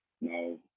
No